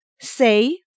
say